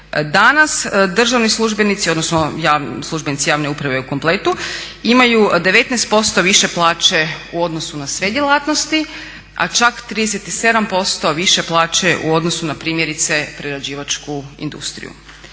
Danas državni službenici, odnosno službenici javne uprave u kompletu imaju 19% više plaće u odnosu na sve djelatnosti a čak 37% više plaće u odnosu na primjerice prerađivačku industriju.